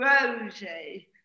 Rosie